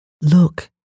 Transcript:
Look